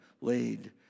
laid